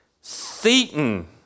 Satan